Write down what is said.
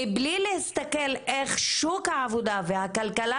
מבלי להסתכל איך שוק העבודה והכלכלה